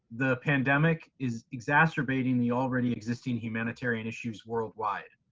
the pandemic is exacerbating the already existing humanitarian issues worldwide.